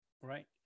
Right